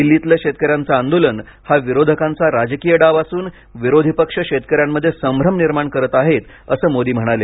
दिल्लीतलं शेतकऱ्यांचं आंदोलन हा विरोधकांचा राजकीय डाव असून विरोधी पक्ष शेतकऱ्यांमध्ये संभ्रम निर्माण करत आहेत असं मोदी म्हणाले